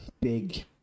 big